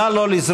נא לא לזרוק,